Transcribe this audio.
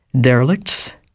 derelicts